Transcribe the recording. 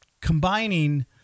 combining